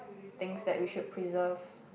things that we should preserve